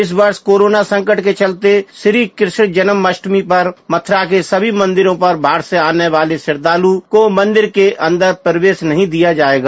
इस वर्ष कोरोना संकट के चलते श्रीकृष्ण जन्माष्टमी पर मथुरा के सभी मंदिरों पर बाहर से आने वाले श्रद्धालु को मंदिर के अंदर प्रवेश नहीं दिया जायेगा